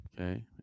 Okay